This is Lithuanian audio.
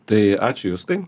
tai ačiū justai